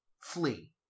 Flee